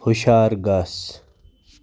ہُشار گژھ